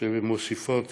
שמוסיפות